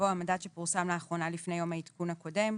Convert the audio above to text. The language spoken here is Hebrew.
"המדד שפורסם לאחרונה לפני יום העדכון הקודם,